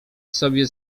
sobie